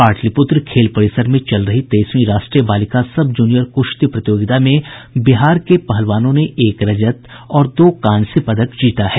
पाटलिपुत्र खेल परिसर में चल रही तेईसवीं राष्ट्रीय बालिका सब जूनियर कुश्ती प्रतियोगिता में बिहार के पहलवानों ने एक रजत और दो कांस्य पदक जीता है